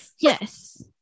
yes